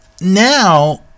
now